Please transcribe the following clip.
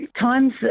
times